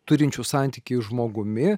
turinčiu santykį žmogumi